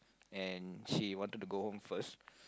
and she wanted to go home first